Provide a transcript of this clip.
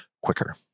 quicker